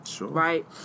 right